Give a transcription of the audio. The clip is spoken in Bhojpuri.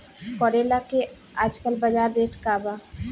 करेला के आजकल बजार रेट का बा?